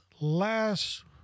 last